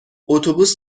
اتوبوس